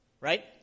right